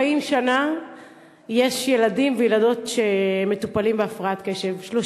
40 שנה יש ילדים וילדות בהפרעת קשב שמטופלים,